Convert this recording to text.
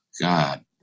god